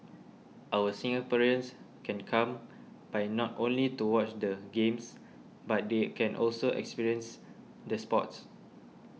our Singaporeans can come by not only to watch the Games but they can also experience the sports